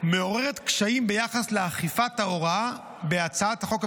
מעוררת קשיים ביחס לאכיפת ההוראה בהצעת החוק,